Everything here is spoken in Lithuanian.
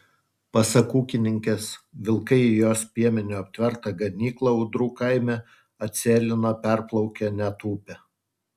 pasak ūkininkės vilkai į jos piemeniu aptvertą ganyklą ūdrų kaime atsėlino perplaukę net upę